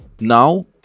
Now